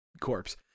corpse